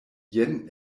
jen